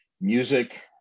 music